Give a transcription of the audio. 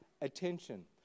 attention